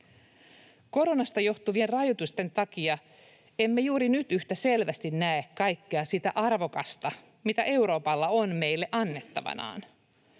Koronasta johtuvien rajoitusten takia emme juuri nyt yhtä selvästi näe kaikkea sitä arvokasta, mitä Euroopalla on meille annettavanaan.